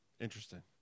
Interesting